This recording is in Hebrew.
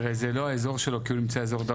תראה, זה לא האזור שלו, כי הוא נמצא אזור דרום.